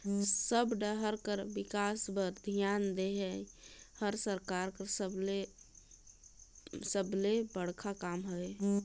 सब डाहर कर बिकास बर धियान देहई हर सरकार कर सबले सबले बड़खा काम हवे